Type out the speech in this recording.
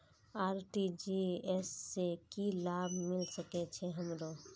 RTGS से की लाभ मिल सके छे हमरो?